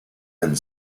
and